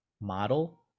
model